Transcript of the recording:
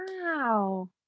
Wow